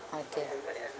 okay